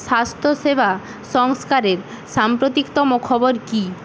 স্বাস্থ্যসেবা সংস্কারের সাম্প্রতিকতম খবর কী